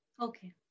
okay